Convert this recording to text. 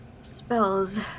spells